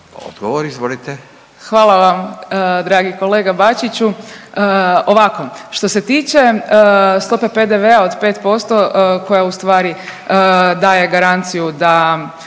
Majda (HDZ)** Hvala vam dragi kolega Bačiću. Ovako, što se tiče stope PDV-a od 5% koja ustvari daje garanciju da